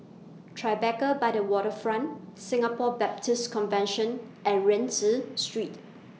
Tribeca By The Waterfront Singapore Baptist Convention and Rienzi Street